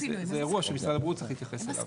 זה אירוע שמשרד הבריאות צריך להתייחס אליו.